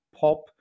pop